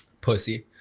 Pussy